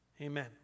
Amen